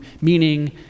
meaning